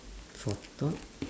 for thought